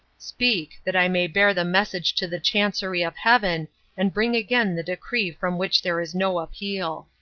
speak! that i may bear the message to the chancery of heaven and bring again the decree from which there is no appeal.